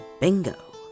Bingo